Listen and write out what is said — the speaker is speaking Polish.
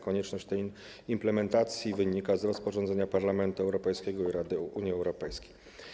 Konieczność tej implementacji wynika z rozporządzenia Parlamentu Europejskiego i Rady Unii Europejskiej.